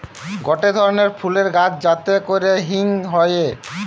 গটে ধরণের ফুলের গাছ যাতে করে হিং হয়ে